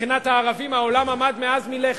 מבחינת הערבים העולם עמד אז מלכת,